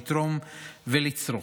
לתרום ולצרוך.